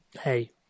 Hey